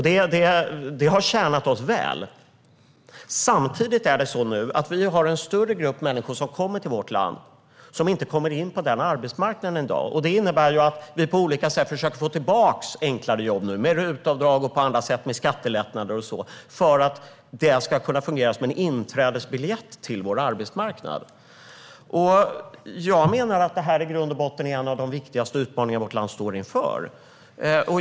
Detta har tjänat oss väl. Samtidigt är det nu så att vi har en större grupp människor som kommer till vårt land och som inte kommer in på den arbetsmarknaden i dag, vilket innebär att vi på olika sätt med hjälp av RUT-avdrag, skattelättnader och så vidare nu försöker få tillbaka enklare jobb som ska kunna fungera som en inträdesbiljett till vår arbetsmarknad. Jag menar att det här i grund och botten är en av de viktigaste utmaningar som vårt land står inför.